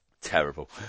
Terrible